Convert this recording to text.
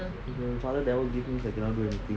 if the father never give means I cannot do anything